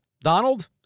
Donald